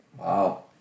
Wow